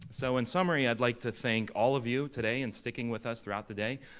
so in summary, i'd like to thank all of you today in sticking with us throughout the day.